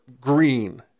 green